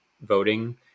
voting